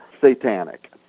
satanic